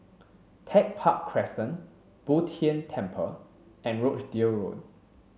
Tech Park Crescent Bo Tien Temple and Rochdale Road